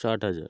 ষাট হাজার